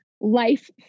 life